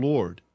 Lord